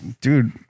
dude